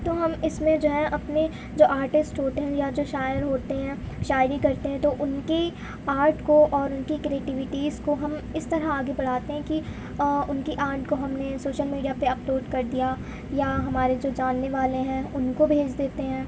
تو ہم اس میں جو ہے اپنے جو آرٹسٹ ہوتے ہیں یا جو شاعر ہوتے ہیں شاعری کرتے ہیں تو ان کی آرٹ کو اور ان کی کریٹوٹیز کو ہم اس طرح آگے بڑھاتے ہیں کہ ان کی آرٹ کو ہم نے سوشل میڈیا پہ اپلوڈ کر دیا یا ہمارے جو جاننے والے ہیں ان کو بھیج دیتے ہیں